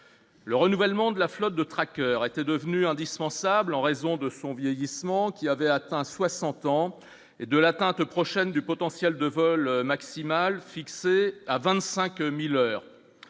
le renouvellement de la flotte de traqueur était devenu indispensable en raison de son vieillissement, qui avait atteint 60 ans, et de l'atteinte prochaine du potentiel de vol maximale fixée à 25000 euros